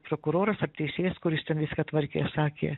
prokuroras ar teisėjas kuris ten viską tvarkė sakė